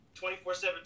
24-7